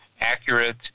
accurate